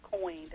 coined